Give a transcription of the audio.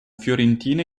fiorentina